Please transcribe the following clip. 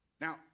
Now